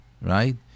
right